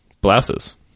blouses